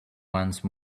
once